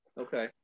Okay